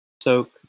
Soak